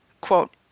quote